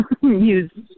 use